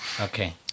Okay